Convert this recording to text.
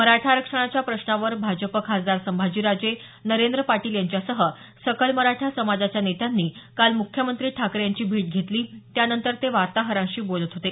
मराठा आरक्षणाच्या प्रश्नावर भाजप खासदार संभाजीराजे नरेंद्र पाटील यांच्यासह सकल मराठा समाजाच्या नेत्यांनी काल मुख्यमंत्री ठाकरे यांची भेट घेतली त्यानंतर ते वार्ताहरांशी बोलत होते